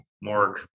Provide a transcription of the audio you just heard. Morg